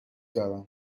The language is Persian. دارم